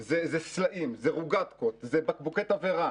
בני ביטון,